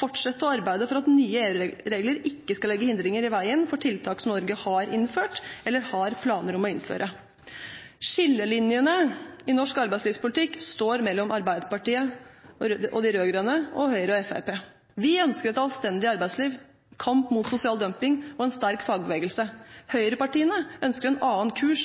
fortsette å arbeide for at nye EU-regler ikke skal legge hindringer i veien for tiltak som Norge har innført eller har planer om å innføre. Skillelinjene i norsk arbeidslivspolitikk står mellom Arbeiderpartiet og de rød-grønne og Høyre og Fremskrittspartiet. Vi ønsker et anstendig arbeidsliv, kamp mot sosial dumping og en sterk fagbevegelse. Høyrepartiene ønsker en annen kurs.